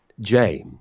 james